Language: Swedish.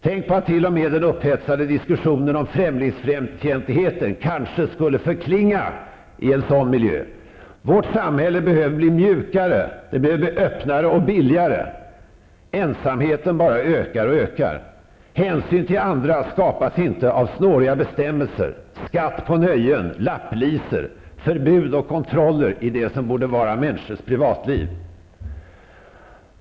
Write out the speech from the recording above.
Tänk på att t.o.m. den upphetsade diskussionen om främlingsfientlighet kanske skulle förklinga i en sådan miljö! Vårt samhälle behöver bli mjukare, öppnare och billigare. Ensamheten bara ökar och ökar. Hänsyn till andra skapas inte av snåriga bestämmelser, skatt på nöjen, lapplisor, förbud och kontroller i det som borde vara människors privatliv.